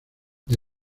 the